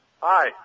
Hi